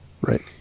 right